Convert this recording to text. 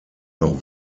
noch